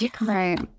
Right